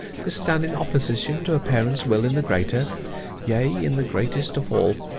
to stand in opposition to her parents' will in the greater yea, in the greatest of all.